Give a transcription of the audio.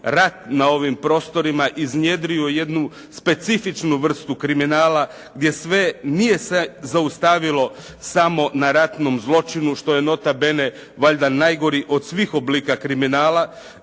rat na ovim prostorima iznjedrio jednu specifičnu vrstu kriminala gdje sve nije se zaustavilo samo na ratnom zločinu što je nota bene valjda najgori od svih oblika kriminala.